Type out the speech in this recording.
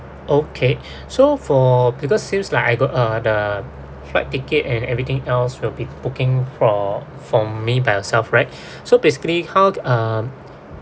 okay so for because since like I got uh the flight ticket and everything else will be booking for for me by yourself right so basically how uh